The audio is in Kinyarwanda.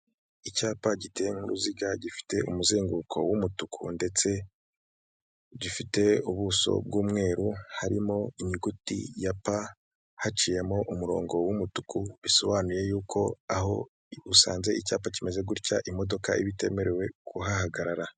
Icyapa giteye mu ruziga gifite umuzenguruko w'umutuku ndetse gifite ubuso bw'umweru, harimo inyuguti ya P haciyemo umurongo w'umutuku, bisobanuye y'uko aho usanze icyapa kimeze gutya imodoka iba itemerewe kuhahagarara.